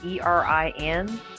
erin